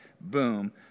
boom